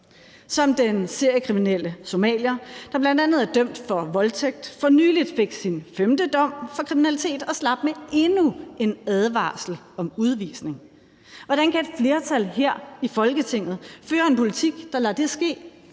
som den seriekriminelle somalier, der bl.a. er dømt for voldtægt, og som for nylig fik sin femte dom for kriminalitet og slap med endnu en advarsel om udvisning. Hvordan kan et flertal her i Folketinget føre en politik, der lader det ske?